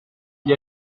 gli